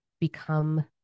become